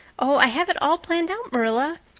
oh, i have it all planned out, marilla.